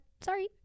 sorry